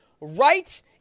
right